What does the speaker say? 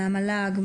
מהמל"ג,